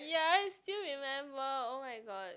ya I still remember oh-my-god